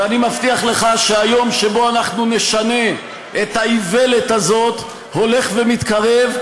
ואני מבטיח לך שהיום שבו אנחנו נשנה את האיוולת הזאת הולך ומתקרב,